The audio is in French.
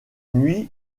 nuit